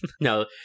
no